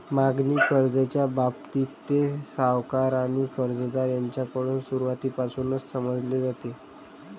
मागणी कर्जाच्या बाबतीत, ते सावकार आणि कर्जदार यांच्याकडून सुरुवातीपासूनच समजले जाते